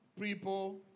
people